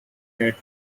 that